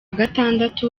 gatandatu